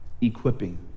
equipping